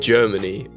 Germany